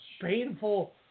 painful